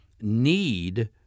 need